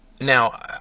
Now